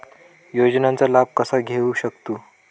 योजनांचा लाभ कसा घेऊ शकतू?